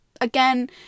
again